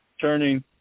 turning